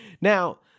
now